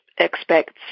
expects